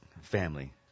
family